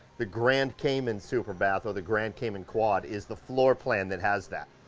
the grand cayman superbath, or the grand cayman quad is the floor plan that has that.